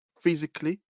physically